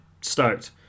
stoked